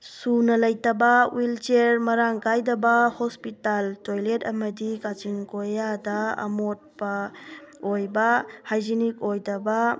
ꯁꯨꯅ ꯂꯩꯇꯕ ꯍꯨꯏꯜ ꯆꯤꯌ꯭ꯔ ꯃꯔꯥꯡ ꯀꯥꯏꯗꯕ ꯍꯣꯁꯄꯤꯇꯥꯜ ꯇꯣꯏꯂꯦꯠ ꯑꯃꯗꯤ ꯀꯥꯆꯤꯟ ꯀꯣꯏꯌꯥꯗ ꯑꯃꯣꯠꯄ ꯑꯣꯏꯕ ꯍꯥꯏꯖꯤꯅꯤꯡ ꯑꯣꯏꯗꯕ